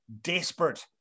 desperate